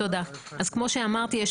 כמו שאמרתי,